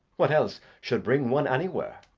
what else should bring one anywhere?